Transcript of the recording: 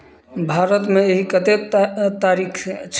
भारतमे एहि कतेक ता तारीख अछि